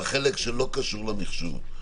בחלק שהוא לא תלוי מחשוב,